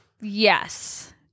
Yes